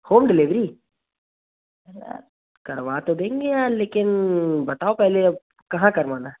home delivery अरे यार करवा तो देंगे यार लेकिन बताओ पहले अब कहाँ करवाना है